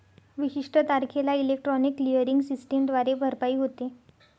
विशिष्ट तारखेला electronic clearing सिस्टमद्वारे भरपाई होते